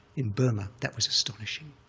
in burma, that was astonishing.